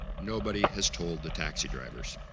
nobody has told the taxi drivers